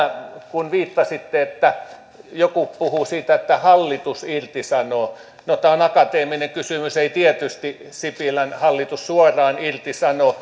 kun viittasitte että joku puhuu siitä että hallitus irtisanoo no tämä on akateeminen kysymys ei tietysti sipilän hallitus suoraan irtisano